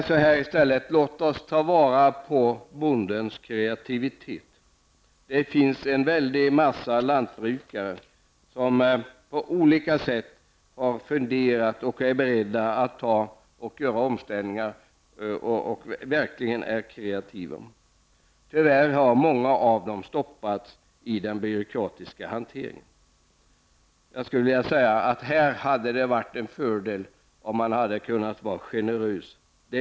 Låt oss i stället ta vara på bondens kreativitet. En mängd lantbrukare har på olika sätt funderat över detta och är beredda att göra omställningar, och de är verkligen kreativa. Tyvärr har många av dem stoppats i den byråkratiska hanteringen. Det hade här varit en fördel om man hade kunnat vara generös.